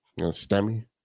stemmy